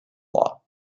law